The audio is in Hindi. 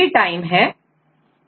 आप देख सकते हैंA कितनी बार आया है